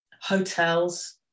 hotels